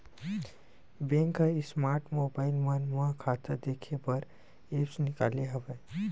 bank ह smart mobile मन म खाता देखे बर ऐप्स निकाले हवय